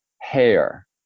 hair